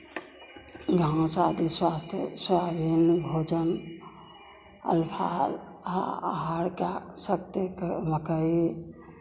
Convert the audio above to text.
घास आदि स्वास्थ्य भोजन अल्पाहार आहार सत्य के मकई